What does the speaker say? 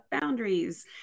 boundaries